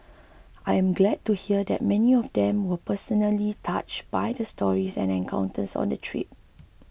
I am glad to hear that many of them were personally touched by the stories and encounters on the trip